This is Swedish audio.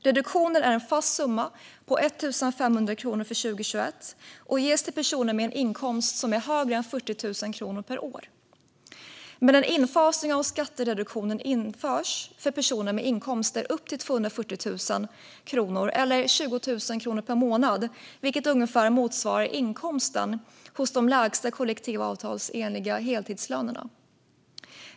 Reduktionen är en fast summa på 1 500 kronor för 2020 och ges till personer med en inkomst som är högre än 40 000 kronor per år. Men en infasning av skattereduktionen införs för personer med inkomster upp till 240 000 kronor eller 20 000 kronor per månad, vilket ungefär motsvarar inkomsten för dem med de lägsta kollektivavtalsenliga heltidslönerna.